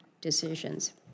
decisions